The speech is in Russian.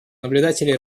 наблюдатели